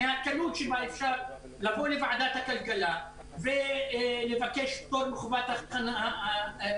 מהקלות שבה אפשר לבוא לוועדת הכלכלה ולבקש פטור מחובת הנחה